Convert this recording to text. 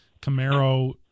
camaro